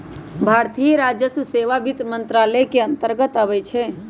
भारतीय राजस्व सेवा वित्त मंत्रालय के अंतर्गत आबइ छै